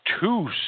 two